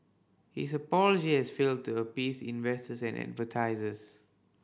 his apology has failed to appease investors and advertisers